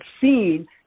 seen